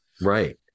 right